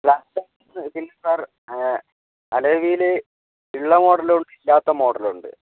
ബ്ലാക്കിൽ silver alloy wheel ഉള്ള മോഡലും ഉണ്ട് ഇല്ലാത്ത മോഡലും ഉണ്ട്